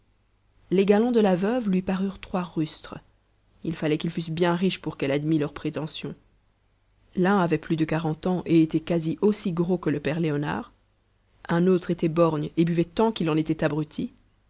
les galants de la veuve lui parurent trois rustres il fallait qu'ils fussent bien riches pour qu'elle admît leurs prétentions l'un avait plus de quarante ans et était quasi aussi gros que le père léonard un autre était borgne et buvait tant qu'il en était abruti